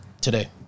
today